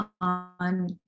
on